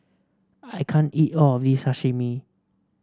I can't eat all of this Sashimi